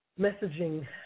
messaging